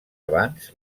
abans